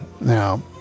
Now